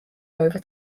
over